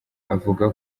avuga